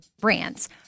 brands